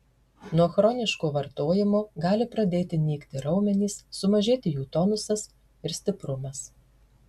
nuo chroniško vartojimo gali pradėti nykti raumenys sumažėti jų tonusas ir stiprumas